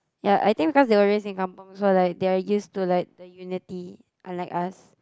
ya I think cause they were live in kampung so like they are used to like the unity unlike us